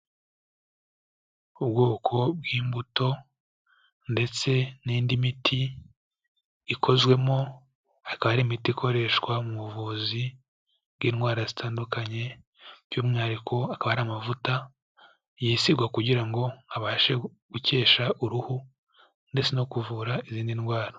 Ubwoko bw'imbuto ndetse n'indi miti ikozwemo, akaba ari imiti ikoreshwa mu buvuzi bw'indwara zitandukanye by'umwihariko akaba ari amavuta yisigwa kugira ngo abashe gukesha uruhu ndetse no kuvura izindi ndwara.